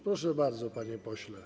Proszę bardzo, panie pośle.